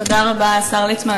תודה רבה, השר ליצמן.